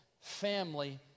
family